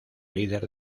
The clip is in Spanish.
líder